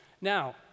Now